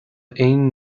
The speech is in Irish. aon